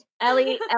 Ellie